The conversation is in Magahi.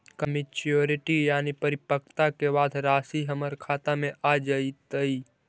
का मैच्यूरिटी यानी परिपक्वता के बाद रासि हमर खाता में आ जइतई?